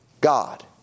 God